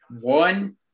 one